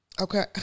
Okay